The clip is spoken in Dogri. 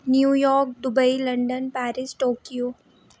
New York Dubai London Paris Tokyo